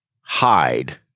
hide